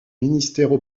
ministères